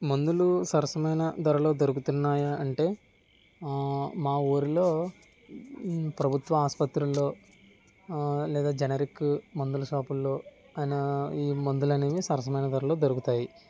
మందులు సరసమైన ధరలో దొరుకుతున్నాయా అంటే మా ఊరిలో ప్రభుత్వ ఆస్పత్రులు లేదా జనరిక్ మందుల షాపుల్లో అయినా ఈ మందులు అనేవి సరసమైన ధరలో దొరుకుతాయి